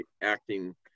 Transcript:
acting